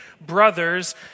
brothers